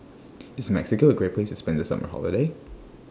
IS Mexico A Great Place to spend The Summer Holiday